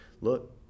look